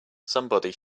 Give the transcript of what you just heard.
somebody